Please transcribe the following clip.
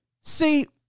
See